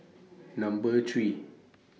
Number three